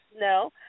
No